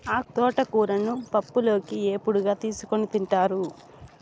తోటకూరను పప్పులోకి, ఏపుడుగా చేసుకోని తింటారు